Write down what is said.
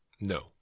No